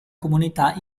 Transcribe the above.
comunità